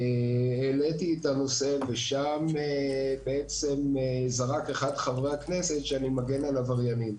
העליתי את הנושא ושם בעצם אמר אחד מחברי הכנסת שאני מגן על עבריינים.